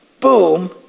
Boom